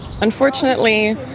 Unfortunately